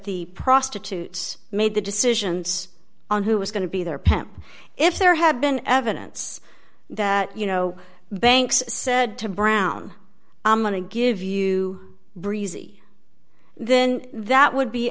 the prostitutes made the decisions on who was going to be there pam if there had been evidence that you know banks said to brown i'm going to give you breezy then that would be